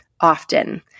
often